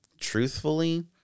truthfully